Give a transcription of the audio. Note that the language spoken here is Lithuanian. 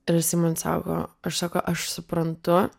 ir jisai man sako aš sako aš suprantu